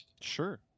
Sure